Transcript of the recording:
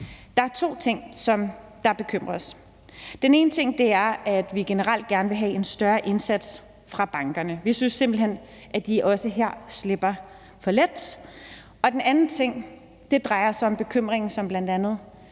der er to ting, som bekymrer os. Den ene ting er, at vi generelt gerne vil have, at der gøres en større indsats fra bankernes side. Vi synes simpelt hen, at de også her slipper for let. Den anden ting drejer sig om bekymringen, som bl.a.